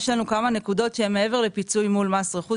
יש לנו כמה נקודות שהן מעבר לפיצוי מול מס רכוש,